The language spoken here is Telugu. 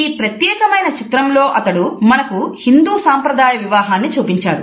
ఈ ప్రత్యేకమైన చిత్రం లో అతడు మనకు హిందూ సంప్రదాయ వివాహాన్ని చూపించారు